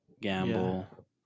Gamble